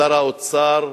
שר האוצר,